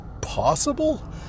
possible